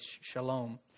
shalom